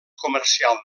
comercial